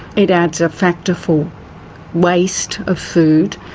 it adds a factor for waste of food.